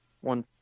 one